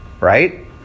Right